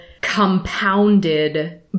compounded